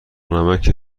نمکه